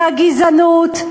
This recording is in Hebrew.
והגזענות,